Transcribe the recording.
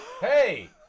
Hey